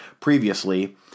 previously